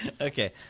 Okay